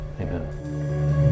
amen